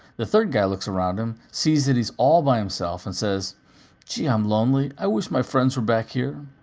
the third guy looks around him, sees that he's all by himself, and says gee, i'm lonely. i wish my friends were back here.